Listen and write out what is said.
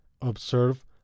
observe